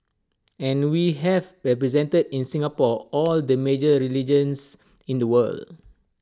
and we have represented in Singapore all the major religions in the world